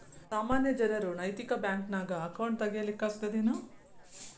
ಸಾಮಾನ್ಯ ಜನರು ನೈತಿಕ ಬ್ಯಾಂಕ್ನ್ಯಾಗ್ ಅಕೌಂಟ್ ತಗೇ ಲಿಕ್ಕಗ್ತದೇನು?